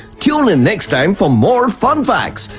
tune in next time for more fun facts!